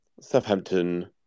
Southampton